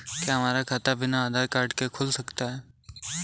क्या हमारा खाता बिना आधार कार्ड के खुल सकता है?